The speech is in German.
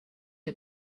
der